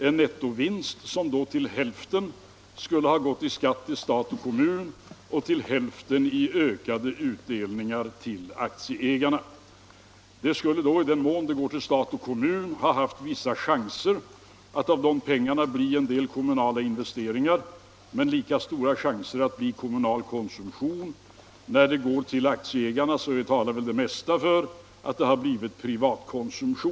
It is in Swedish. Hälften av den vinsten skulle då ha gått till skatt till stat och kommun, och den andra hälften skulle ha gått till ökade utdelningar till aktieägarna. Det finns väl vissa chanser för att en del av de pengar som då skulle gått till stat och kommun hade gått till kommunala investeringar, men chansen att de i stället skulle ha gått till kommunal konsumtion är ungefär lika stor. Och det mesta talar väl för att de pengar som hade gått till aktieägarna hade blivit privatkonsumtion.